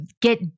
get